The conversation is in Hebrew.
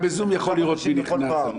בזום אתה יכול לראות כשאדם נכנס.